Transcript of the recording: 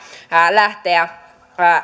lähteä